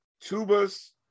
tubas